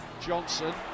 Johnson